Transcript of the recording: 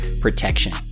protection